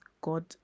God